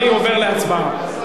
אני עובר להצבעה,